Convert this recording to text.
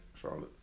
Charlotte